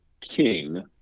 king